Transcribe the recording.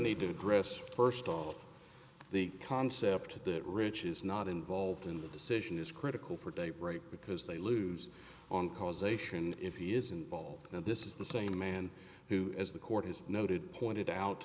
need to address first off the concept that rich is not involved in the decision is critical for daybreak because they lose on causation if he is involved and this is the same man who as the court has noted pointed out